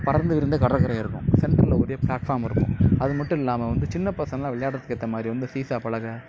படர்ந்து விரிந்த கடற்கரை இருக்கும் சென்ட்ரில் ஒரே ப்ளாட்ஃபாம் இருக்கும் அது மட்டும் இல்லாமல் வந்து சின்ன பசங்களாம் விளையாட்டுறதுக்கு ஏற்ற மாதிரி வந்து சீசா பலகை